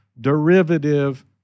derivative